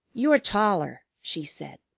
you're taller, she said.